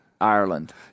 Ireland